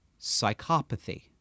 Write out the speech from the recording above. psychopathy